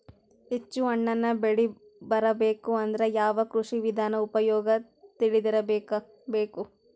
ಹೆಚ್ಚು ಹಣ್ಣನ್ನ ಬೆಳಿ ಬರಬೇಕು ಅಂದ್ರ ಯಾವ ಕೃಷಿ ವಿಧಾನ ಉಪಯೋಗ ತಿಳಿದಿರಬೇಕು?